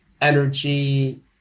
energy